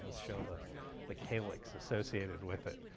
show and the calyx associated with it.